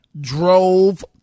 drove